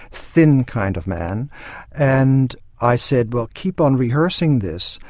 thin kind of man and i said, well keep on rehearsing this.